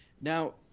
Now